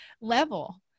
level